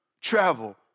travel